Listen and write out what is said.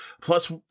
plus